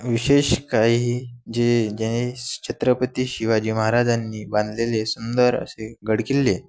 विशेष काही जे जे छत्रपती शिवाजी महाराजांनी बांधलेले सुंदर असे गडकिल्ले